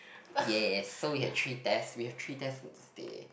yes so we had three tests we have three tests instead